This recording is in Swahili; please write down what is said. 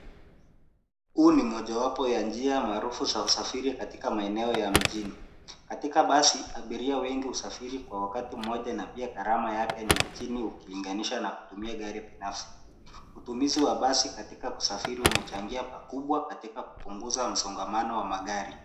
Huu ni mojawapo ya njia maarufu za usafiri katika maeneo ya mjini. Katika basi, abiria wengi husafiri kwa wakati mmoja, na pia gharama yake ni ya chini, ukilinganisha na kutumia gari binafsi. Utumizi wa basi katika kusafiri umechangia pakubwa katika kupunguza msongamano wa magari.